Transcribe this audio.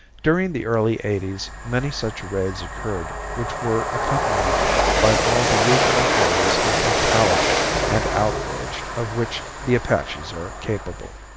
during the early eighties many such raids occurred which were accompanied by all the usual horrors of brutality and outrage of which the apaches are capable.